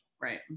right